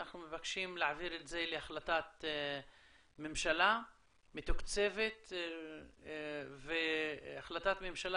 אנחנו מבקשים להעביר את זה להחלטת ממשלה מתוקצבת והחלטת ממשלה